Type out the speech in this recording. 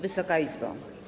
Wysoka Izbo!